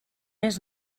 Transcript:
més